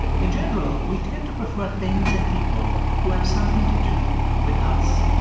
in general, we tend to prefer things and people who have something to do with us,